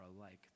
alike